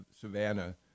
Savannah